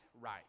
right